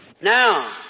Now